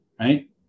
right